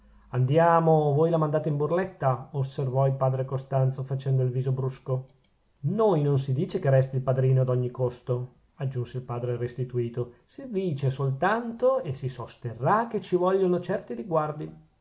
andiamo voi la mandate in burletta osservò il padre costanzo facendo il viso brusco noi non si dice che resti il padrino ad ogni costo aggiunse il padre restituto si dice soltanto e si sosterrà che ci vogliono certi riguardi